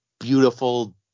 beautiful